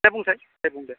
दे बुंसाय दे बुं दे